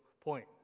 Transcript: Point